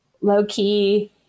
low-key